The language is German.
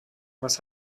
was